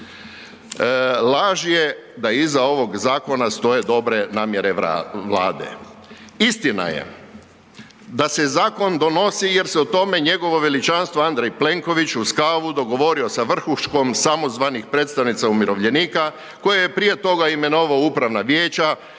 Laž je da iza ovog zakona stoje dobre namjere Vlade. Istina je da se zakon donosi jer se o tome njegovo veličanstvo Andrej Plenković uz kavu dogovorio sa vrhuškom samozvanih predstavnica umirovljenika koja je prije toga imenovao upravna vijeća,